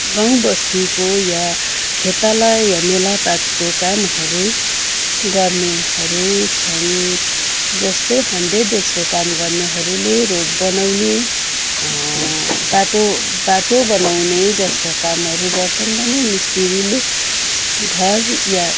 गाउँबस्तीको वा खेताला वा मेलापातको कामहरू गर्नेहरू छन् जस्तै हन्ड्रेड डेजको काम गर्नेहरूले रोड बनाउने बाटो बाटो बनाउने जस्ता कामहरू गर्छन् भने मिस्त्रीले घर वा